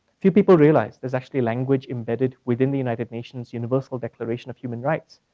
few people realize there's actually language embedded within the united nations universal declaration of human rights.